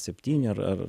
septyni ar ar